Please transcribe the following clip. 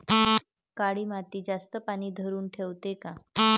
काळी माती जास्त पानी धरुन ठेवते का?